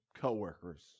co-workers